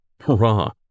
Hurrah